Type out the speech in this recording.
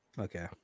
Okay